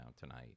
tonight